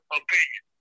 opinion